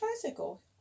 tricycle